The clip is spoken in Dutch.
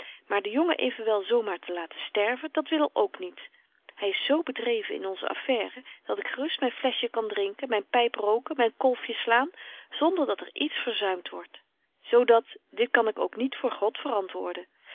maar den jongen evenwel zo maar te laten sterven dat wil ook niet hy is z bedreven in onze affaire dat ik gerust myn flesje kan drinken myn pyp roken myn kolfje slaan zonder dat er iets verzuimt wordt zo dat dit kan ik ook niet voor god verantwoorden